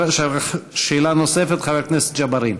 שאלה נוספת, חבר הכנסת ג'בארין.